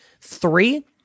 Three